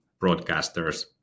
broadcasters